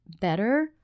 better